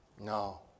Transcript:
No